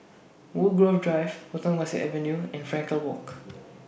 Woodgrove Drive Potong Pasir Avenue and Frankel Walk